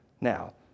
Now